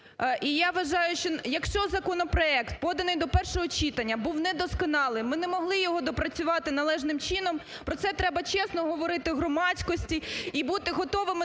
І я вважаю, що, якщо законопроект, поданий до першого читання, був не досконалим, ми не могли його доопрацювати належним чином, про це треба чесно говорити громадськості і бути готовими